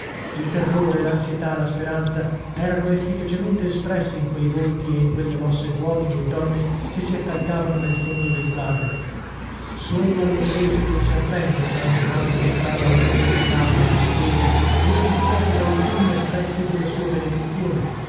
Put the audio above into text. il terrore l'ansietà la speranza erano efficacemente espressi in quei volti e in quelle mosse d'uomini e donne che si accalcavano nel fondo del quadro solo alle prese col serpente san donato mostrava una serenità maravigliosa giustificata dai primi effetti della sua benedizione